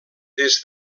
des